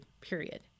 period